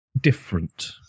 different